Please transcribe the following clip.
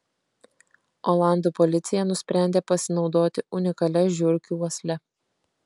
olandų policija nusprendė pasinaudoti unikalia žiurkių uosle